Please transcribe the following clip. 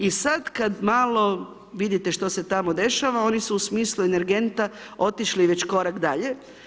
I sad kad malo vidite šta se tamo dešava, oni su u smislu energenta otišli već korak dalje.